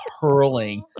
hurling